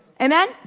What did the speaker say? Amen